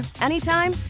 anytime